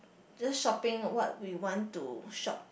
just shopping what we want to shop